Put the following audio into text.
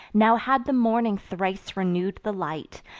now had the morning thrice renew'd the light,